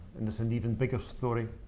and there's an even bigger story.